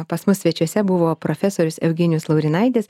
pas mus svečiuose buvo profesorius eugenijus laurinaitis